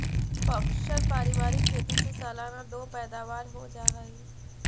प्अक्सर पारिवारिक खेती से सालाना दो पैदावार हो जा हइ